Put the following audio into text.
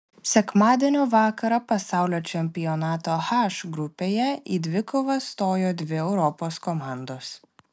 sekmadienio vakarą pasaulio čempionato h grupėje į dvikovą stojo dvi europos komandos